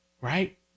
right